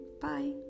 Bye